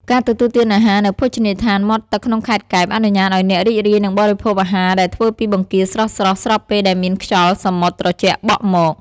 ការទទួលទានអាហារនៅភោជនីយដ្ឋានមាត់ទឹកក្នុងខេត្តកែប អនុញ្ញាតឱ្យអ្នករីករាយនឹងបរិភោគអាហារដែលធ្វើពីបង្គាស្រស់ៗ ស្របពេលដែលមានខ្យល់សមុទ្រត្រជាក់បក់មក។